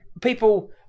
people